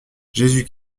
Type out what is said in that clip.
jésus